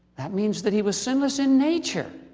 that means that he was sinless in nature